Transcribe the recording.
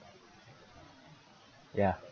ya